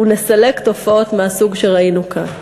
ונסלק תופעות מהסוג שראינו כאן."